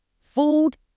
food